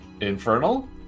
Infernal